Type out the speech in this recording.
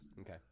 Okay